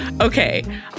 Okay